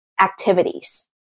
activities